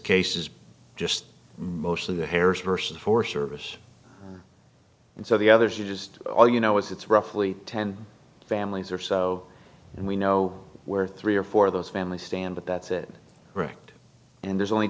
case is just mostly the harris versus four service and so the others are just all you know is it's roughly ten families or so and we know where three or four of those families stand but that's it wrecked and there's only